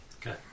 Okay